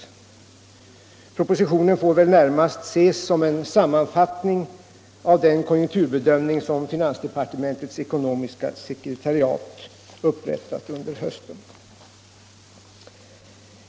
Propositionen får väl närmast ses som en sammanfattning av den konjunkturbedömning som finansdepartementets ekonomiska sekretariat upprättat under hösten.